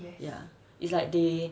ya it's like they